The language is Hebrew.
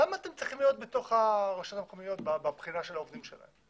למה אתם צריכים להיות בתוך הרשויות המקומיות בבחינה של העובדים שלהם?